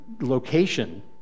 location